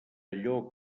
allò